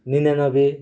निनानबे